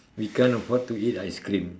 we can't afford to eat ice cream